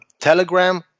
telegram